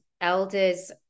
elders